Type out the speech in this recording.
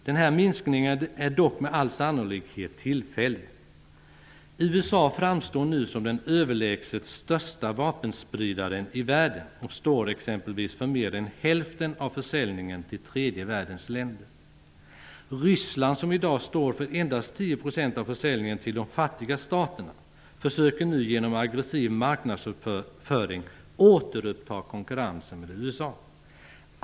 Den här minskningen är dock med all sannolikhet tillfällig. USA framstår nu som den överlägset största vapenspridaren i världen och står exempelvis för mer än hälften av försäljningen till tredje världens länder. Ryssland, som i dag står för endast 10 % av försäljningen till de fattiga staterna, försöker nu genom aggressiv marknadsföring återuppta konkurrensen med USA.